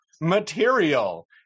material